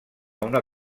una